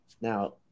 Now